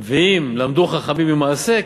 ואם למדו חכמים ממעשה,